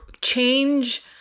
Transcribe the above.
change